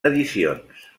edicions